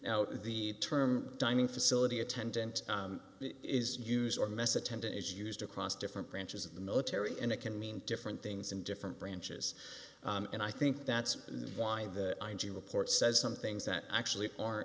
now the term dining facility attendant is use or mess attendant is used across different branches of the military and it can mean different things in different branches and i think that's why the i g report says some things that actually are